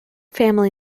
family